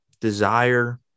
desire